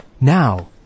Now